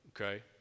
okay